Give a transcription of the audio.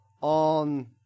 on